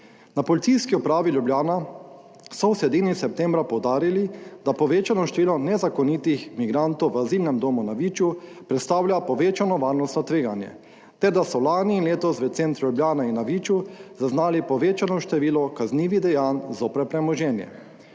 Na Policijski upravi Ljubljana so v sredini septembra poudarili, da povečano število nezakonitih migrantov v Azilnem domu na Viču predstavlja povečano varnostno tveganje ter da so lani in letos v centru Ljubljana in na Viču zaznali povečano število kaznivih dejanj zoper premoženje.